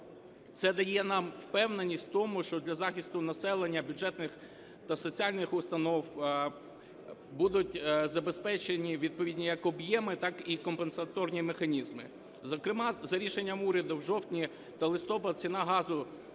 це дає нам впевненість в тому, що для захисту населення, бюджетних та соціальних установ будуть забезпечені відповідні як об'єми, так і компенсаторні механізми. Зокрема, за рішенням уряду в жовтні та листопаді ціна газу